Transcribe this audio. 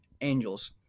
angels